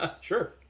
Sure